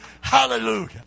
Hallelujah